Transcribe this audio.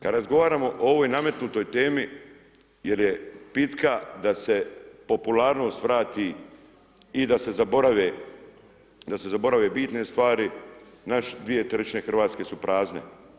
Kad razgovaramo o ovoj nametnutoj temi jer je pitka da se popularnost vrati i da se zaborave, da se zaborave bitne stvari, naše dvije trećine Hrvatske su prazne.